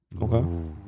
Okay